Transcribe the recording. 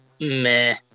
Meh